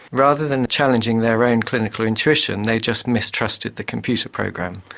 rather than challenging their own clinical intuition, they just mistrusted the computer program.